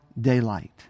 daylight